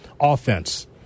offense